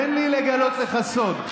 תן לי לגלות לך סוד,